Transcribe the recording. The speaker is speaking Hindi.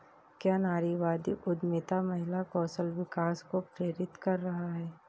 क्या नारीवादी उद्यमिता महिला कौशल विकास को प्रेरित कर रहा है?